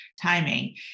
timing